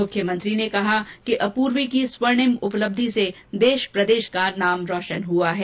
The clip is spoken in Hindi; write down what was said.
मुख्यमंत्री ने कहा कि अपूर्वी की स्वर्णिम उपलब्धि से देश प्रदेश का नाम रोशन हुआ है